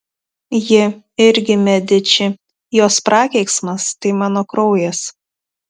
ji irgi mediči jos prakeiksmas tai mano kraujas